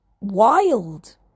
wild